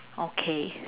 okay